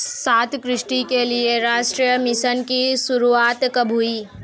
सतत कृषि के लिए राष्ट्रीय मिशन की शुरुआत कब हुई?